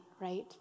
right